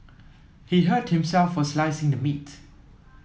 he hurt himself while slicing the meat